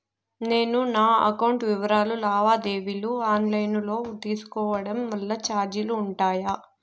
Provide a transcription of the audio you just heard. నేను నా అకౌంట్ వివరాలు లావాదేవీలు ఆన్ లైను లో తీసుకోవడం వల్ల చార్జీలు ఉంటాయా?